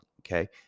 okay